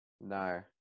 no